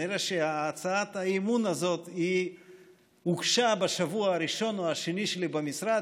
כנראה הצעת האי-אמון הזאת הוגשה בשבוע הראשון או השני שלי במשרד,